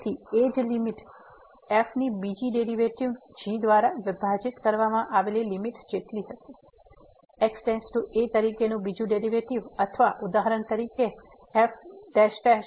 તેથી એ જ લીમીટ f ની બીજી ડેરિવેટિવ g દ્વારા વિભાજીત કરવામાં આવેલી લીમીટ જેટલી હશે x → a તરીકેનું બીજું ડેરિવેટિવ અથવા ઉદાહરણ તરીકે f"